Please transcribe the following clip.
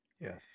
Yes